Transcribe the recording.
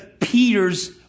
Peter's